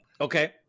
Okay